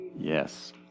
Yes